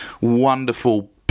wonderful